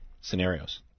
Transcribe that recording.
scenarios